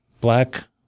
Black